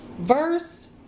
Verse